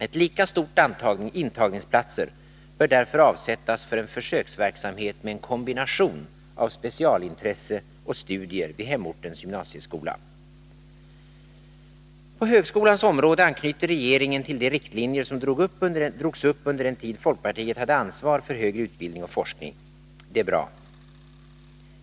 Ett lika stort antal intagningsplatser bör därför avsättas för en försöksverksamhet med en kombination av specialintresse och studier vid hemortens gymnasieskola. På högskolans område anknyter regeringen till de riktlinjer som drogs upp under den tid folkpartiet hade ansvar för högre utbildning och forskning. Det är bra.